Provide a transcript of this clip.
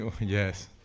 yes